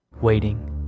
Waiting